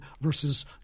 versus